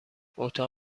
اتاق